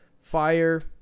fire